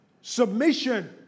Submission